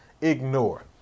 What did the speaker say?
ignore